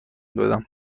دادم